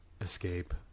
escape